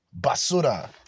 basura